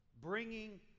bringing